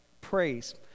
praise